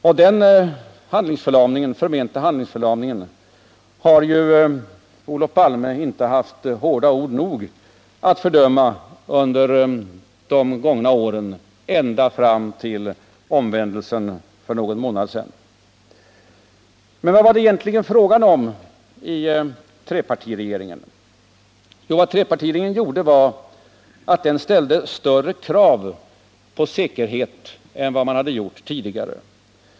Och den förmenta handlingsförlamningen har ju Olof Palme inte haft nog hårda ord att fördöma under de gångna åren ända fram till sin egen omvändelse för någon månad sedan. Men vad var det egentligen fråga om i trepartiregeringen? Jo, vad trepartiregeringen gjorde var att ställa större krav på kärnenergins säkerhet än man hade gjort tidigare.